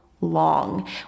Long